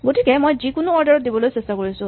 গতিকে মই যিকোনো অৰ্ডাৰ ত দিবলৈ চেষ্টা কৰিছো